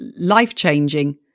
life-changing